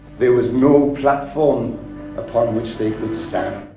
there was no platform upon which they could stand.